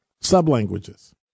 Sub-languages